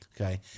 Okay